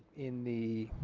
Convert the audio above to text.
in the,